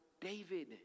David